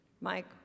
Mike